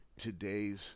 today's